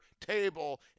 table